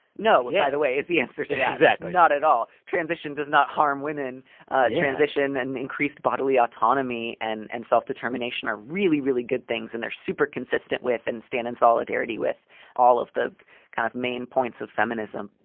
no, by the way, is the answer to that. exactly. not at all. transition does not harm women yeah ah transition and increased bodily autonomy and and self-determination are really, really good things. and they're super consistent with and stand in solidarity with all of the kind of main points of feminism.